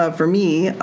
ah for me,